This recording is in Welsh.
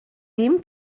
ddim